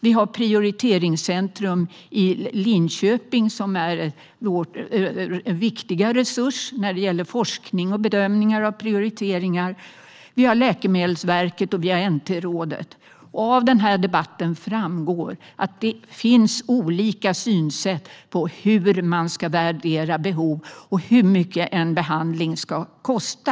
Vi har Prioriteringscentrum i Linköping, som är vår viktiga resurs när det gäller forskning och bedömning av prioriteringar, och vi har Läkemedelsverket och NT-rådet. Av debatten framgår att det finns olika synsätt på hur man ska värdera behov och hur mycket en behandling ska få kosta.